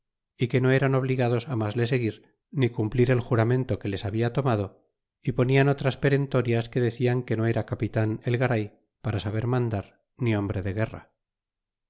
y que no eran obligados mas le seguir ni cumplir el juramento que les habia tomado y ponian otras perentorias que decian que no era capitan el garay para saber mandar ni hombre de guerra